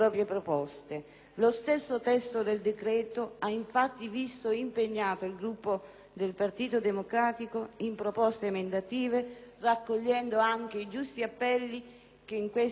Lo stesso testo del decreto ha infatti visto impegnato il Gruppo del Partito Democratico in proposte emendative, raccogliendo anche i giusti appelli che in questi giorni